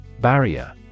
Barrier